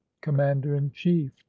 commander-in-chief